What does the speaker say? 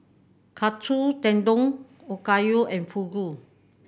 Katsu Tendon Okayu and Fugu